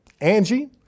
Angie